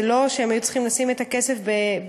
זה לא שהם היו צריכים לשים את הכסף בבת-אחת,